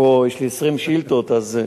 יש לי 20 שאילתות אז,